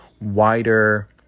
wider